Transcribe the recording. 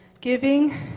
giving